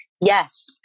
Yes